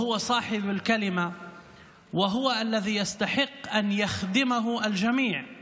והמילה היא שלו, ומגיע לו שכולם ישרתו אותו,